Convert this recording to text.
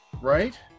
right